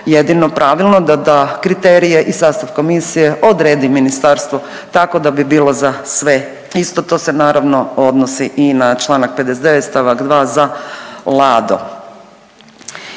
jedino pravilno da kriterije i sastav komisije odredi ministarstvo tako da bi bilo za sve isto. To se naravno odnosi i na Članak 59. stavak 2. za Lado.